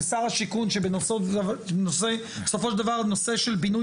ושר השיכון שבנושא בסופו של דבר נושא של בינוי